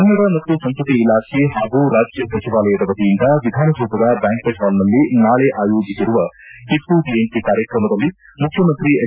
ಕನ್ನಡ ಮತ್ತು ಸಂಸ್ಕೃತಿ ಇಲಾಖೆ ಹಾಗೂ ರಾಜ್ಯ ಸಚಿವಾಲಯದ ವತಿಯಿಂದ ವಿಧಾನಸೌಧದ ಬ್ಯಾಕ್ಷೆಂಟ್ ಹಾಲ್ನಲ್ಲಿ ನಾಳೆ ಆಯೋಜಿಸಿರುವ ಟಿಪ್ಪು ಜಯಂತಿ ಕಾರ್ಯಕ್ರಮದಲ್ಲಿ ಮುಖ್ಯಮಂತ್ರಿ ಎಚ್